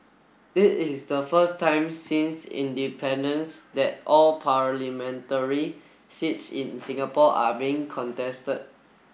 it is the first time since independence that all parliamentary seats in Singapore are being contested